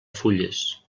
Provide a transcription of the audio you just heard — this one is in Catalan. fulles